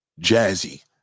Jazzy